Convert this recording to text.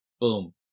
boom